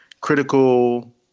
critical